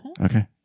Okay